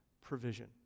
provision